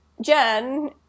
Jen